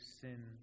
sin